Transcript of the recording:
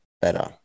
better